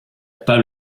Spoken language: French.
pas